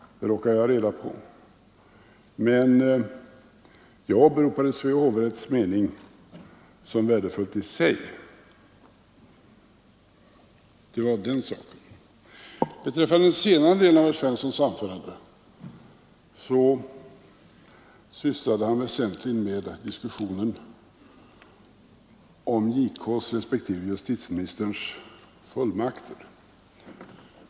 Det råkar jag ha reda på. Men jag åberopade Svea hovrätts mening som värdefull i sig. — Det var den saken. Den senare delen av herr Svenssons anförande handlade väsentligen om diskussionen rörande JK:s respektive justitieministerns fullmakter.